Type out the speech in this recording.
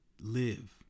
live